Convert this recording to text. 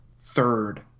third